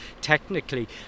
technically